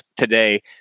today